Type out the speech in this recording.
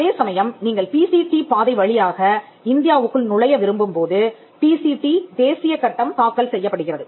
அதே சமயம் நீங்கள் பிசிடி பாதை வழியாக இந்தியாவுக்குள் நுழைய விரும்பும்போது பி சி டி தேசிய கட்டம் தாக்கல் செய்யப்படுகிறது